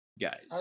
guys